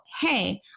hey